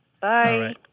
Bye